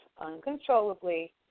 uncontrollably